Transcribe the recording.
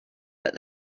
but